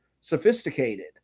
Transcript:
sophisticated